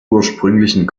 ursprünglichen